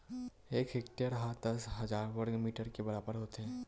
एक हेक्टेअर हा दस हजार वर्ग मीटर के बराबर होथे